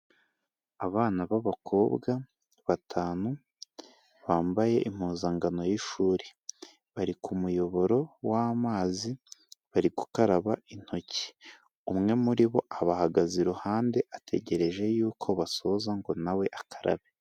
Abana b'abakobwa batanu bambaye impuzangano y'ishuri, bari ku muyoboro w'amazi bari gukaraba intoki. Umwe muri bo abahagaze iruhande ategereje yuko basoza ngo nawe akarabe.